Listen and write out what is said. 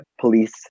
police